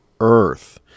earth